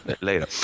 later